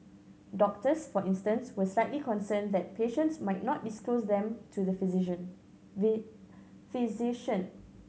doctors for instance were slightly concerned that patients might not disclose them to the physician we physician